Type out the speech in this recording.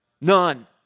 None